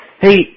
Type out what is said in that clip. Hey